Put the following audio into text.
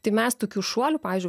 tai mes tokių šuolių pavyzdžiui